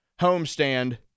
homestand